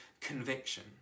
conviction